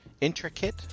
intricate